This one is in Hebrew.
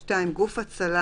(2) גוף הצלה